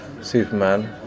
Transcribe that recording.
Superman